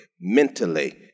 mentally